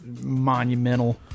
monumental